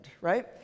right